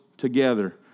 together